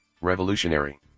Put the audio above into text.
revolutionary